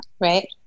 Right